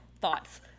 thoughts